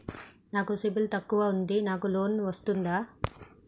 నాకు సిబిల్ తక్కువ ఉంది నాకు లోన్ వస్తుందా?